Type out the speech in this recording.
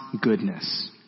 goodness